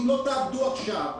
אם לא תעבדו עכשיו,